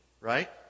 right